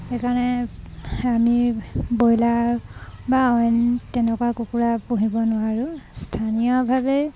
সেইকাৰণে আমি ব্ৰইলাৰ বা অইন তেনেকুৱা কুকুৰা পুহিব নোৱাৰোঁ স্থানীয়ভাৱে